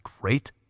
great